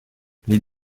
les